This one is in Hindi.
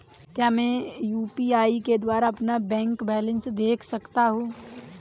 क्या मैं यू.पी.आई के द्वारा अपना बैंक बैलेंस देख सकता हूँ?